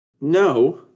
No